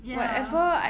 ya